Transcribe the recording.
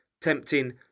tempting